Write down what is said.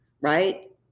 right